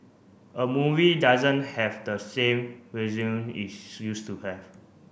a movie doesn't have the same its used to have